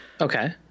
Okay